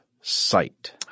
sight